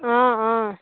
অঁ অঁ